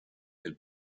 del